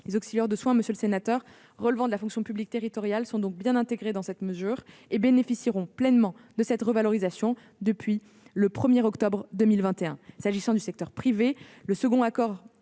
Les auxiliaires de soins relevant de la fonction publique territoriale sont donc bien intégrés dans cette mesure et bénéficieront pleinement de cette revalorisation à compter du 1 octobre 2021. S'agissant du secteur privé, le second accord